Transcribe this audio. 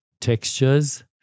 textures